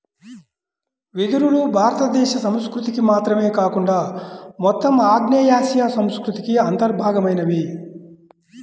వెదురులు భారతదేశ సంస్కృతికి మాత్రమే కాకుండా మొత్తం ఆగ్నేయాసియా సంస్కృతికి అంతర్భాగమైనవి